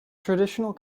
traditional